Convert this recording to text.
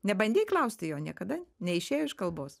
nebandei klausti jo niekada neišėjo iš kalbos